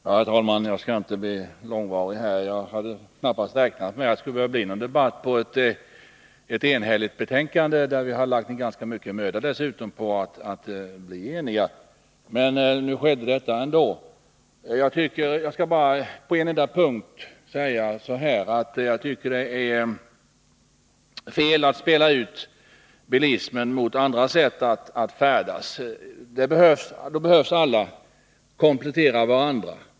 Herr talman! Jag skall inte bli långvarig här i talarstolen. Jag hade knappast räknat med att det skulle behöva bli någon debatt om ett enhälligt betänkande, speciellt inte som vi har lagt ned ganska mycket möda på att bli eniga. Nu uppstod det ändå en debatt, men jag skall bara yttra mig på en enda punkt. Jag tycker att det är fel att spela ut bilismen mot andra sätt att färdas. De behövs alla, och de kompletterar varandra.